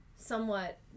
somewhat